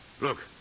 Look